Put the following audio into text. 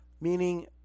meaning